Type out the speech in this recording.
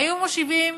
היו מושיבים